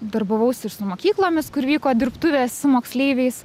darbavausi ir u mokyklomis kur vyko dirbtuvės moksleiviais